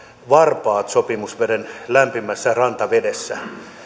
varpaat sopimusveden lämpimässä rantavedessä